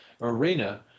arena